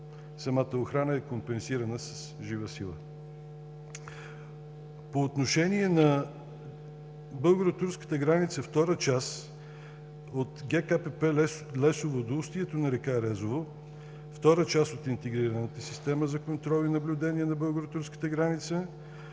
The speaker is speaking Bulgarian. самата охрана е компенсирана с жива сила. По отношение на българо-турската граница – от ГКПП „Лесово“ до устието на река Резово – втора част от интегрираната система за контрол и наблюдение на българо турската граница,